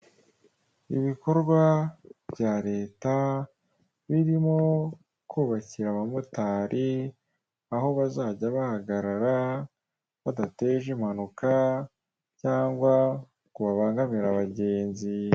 Ibikorwa bya leta birimo kubakira abamotari aho bazajya bahagarara badateje impanuka cyangwa ku ngo bangamire abagenzi.